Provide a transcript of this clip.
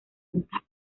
puntas